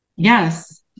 Yes